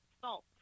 salt